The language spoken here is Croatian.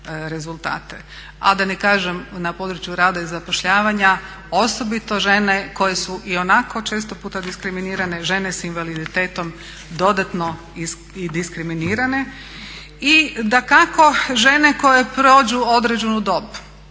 A da ne kažem na područja rada i zapošljavanja, osobito žene koje su i onako često puta diskriminirane, žene s invaliditetom dodatno i diskriminirane. I dakako žene koje prođu određenu dob.